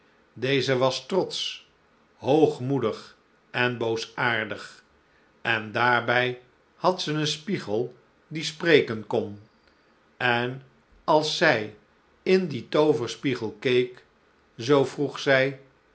deze was trotsch hoogmoedig en boosaardig en daarbij had ze een spiegel die spreken kon en als zij in dien tooverspiegel keek zoo vroeg zij